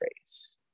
race